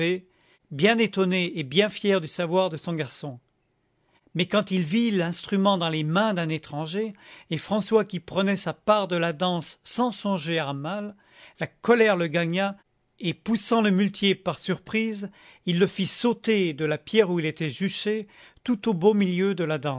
bien étonné et bien fier du savoir de son garçon mais quand il vit l'instrument dans les mains d'un étranger et françois qui prenait sa part de la danse sans songer à mal la colère le gagna et poussant le muletier par surprise il le fit sauter de la pierre où il était juché tout au beau milieu de la